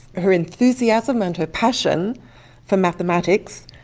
her enthusiasm and her passion for mathematics,